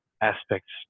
aspects